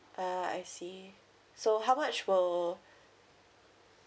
ah I see so how much will